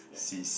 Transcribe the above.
yes